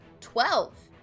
Twelve